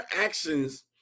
actions